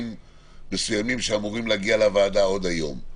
מסוימים שאמורים להגיע לוועדה עוד היום.